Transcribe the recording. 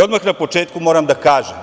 Odmah na početku moram da kažem,